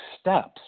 steps